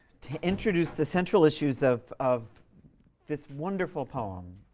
to introduce the central issues of of this wonderful poem,